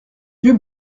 yeux